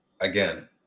Again